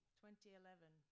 2011